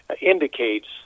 indicates